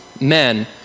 men